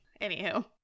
Anywho